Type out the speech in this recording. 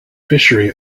fishery